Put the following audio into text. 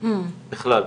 בכלל.